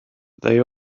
they